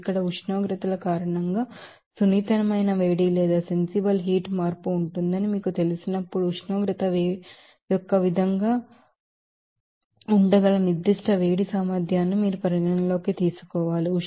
ఇప్పుడు ఉష్ణోగ్రతల కారణంగా సెన్సిబిల్ హీట్ చేంజ్ ఉంటుందని మీకు తెలిసినప్పుడు ఉష్ణోగ్రత యొక్క విధిగా ఉండగల స్పెసిఫిక్ హీట్ కెపాసిటీ న్ని మీరు పరిగణనలోకి తీసుకోవాలి అని మీకు తెలుసు